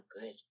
good